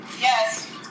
Yes